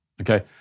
Okay